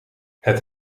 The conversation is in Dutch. het